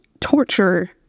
torture